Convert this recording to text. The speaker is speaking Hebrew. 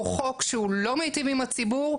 הוא חוק שהוא לא מיטיב עם הציבור.